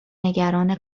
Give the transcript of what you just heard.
نگران